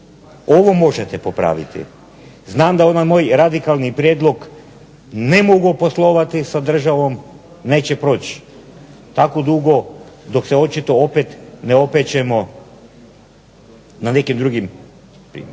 Ovo možete popraviti. Znam da onaj moj radikalni prijedlog ne mogu poslovati s državom neće proći tako dugo dok se očito opet ne opečemo na nekim drugim.